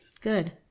Good